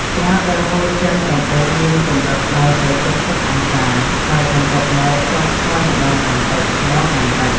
ស្រាដែលហូរចេញដំបូងមានកម្រិតដល់ទៅ៧០អង្សា ហើយបន្ទាប់មកចុះថយម្តងបន្តិចៗ។